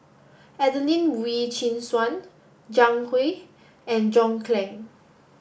Adelene Wee Chin Suan Zhang Hui and John Clang